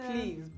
please